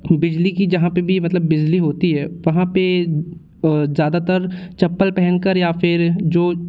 बिजली की जहाँ पे भी मतलब बिजली होती है वहाँ पे ज़्यादातर चप्पल पहन कर या फिर जो